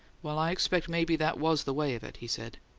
well, i expect maybe that was the way of it, he said.